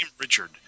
Richard